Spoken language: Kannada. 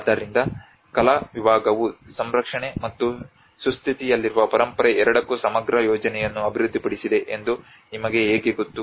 ಆದ್ದರಿಂದ ಕಲಾ ವಿಭಾಗವು ಸಂರಕ್ಷಣೆ ಮತ್ತು ಸುಸ್ಥಿತಿಯಲ್ಲಿರುವ ಪರಂಪರೆ ಎರಡಕ್ಕೂ ಸಮಗ್ರ ಯೋಜನೆಯನ್ನು ಅಭಿವೃದ್ಧಿಪಡಿಸಿದೆ ಎಂದು ನಿಮಗೆ ಹೇಗೆ ಗೊತ್ತು